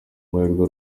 amahirwe